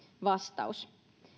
vastaus